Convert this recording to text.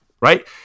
right